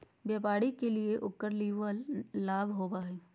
व्यापारी के लिए उकर निवल लाभ होबा हइ